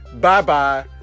bye-bye